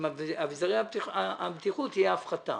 שבאביזרי הבטיחות תהיה הפחתה.